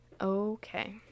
Okay